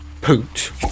Poot